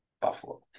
Buffalo